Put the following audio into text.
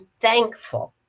thankful